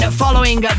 following